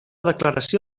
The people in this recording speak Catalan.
declaració